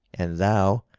and thou,